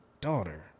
daughter